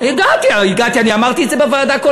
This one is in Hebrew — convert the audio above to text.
אני שמח שהגעת לזה, הגעתי, הגעתי.